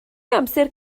amser